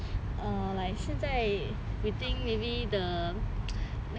um like 现在 we think maybe the